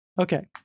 okay